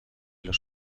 los